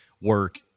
work